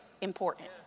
important